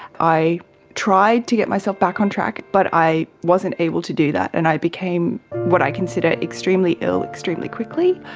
i try to get myself back on track but i wasn't able to do that and i became what i consider extremely ill extremely quickly.